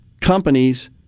companies